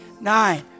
nine